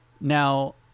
Now